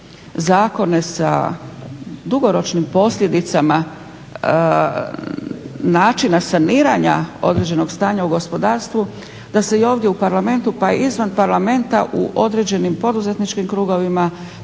zakone sa dugoročnim posljedicama načina saniranja određenog stanja u gospodarstvu da se i ovdje u Parlamentu pa i izvan Parlamenta u određenim poduzetničkim krugovima